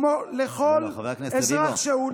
כמו לכל אזרח שהוא,